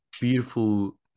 beautiful